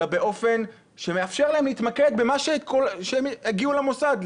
אלא באופן שמאפשר להם להתמקד במה שהם הגיעו בשבילו למוסד,